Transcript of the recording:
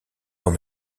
dans